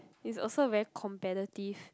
is also very competitive